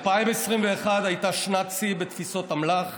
2021 הייתה שנת שיא בתפיסות אמל"ח,